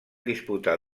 disputar